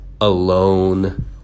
alone